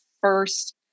first